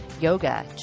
yoga